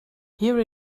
here